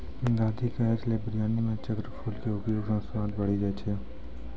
दादी कहै छेलै बिरयानी मॅ चक्रफूल के उपयोग स स्वाद बढ़ी जाय छै